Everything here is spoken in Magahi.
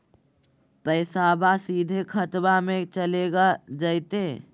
पैसाबा सीधे खतबा मे चलेगा जयते?